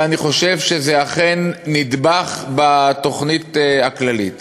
ואני חושב שזה אכן נדבך בתוכנית הכללית.